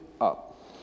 up